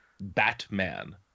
Batman